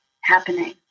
happening